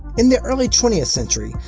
in the early twentieth century,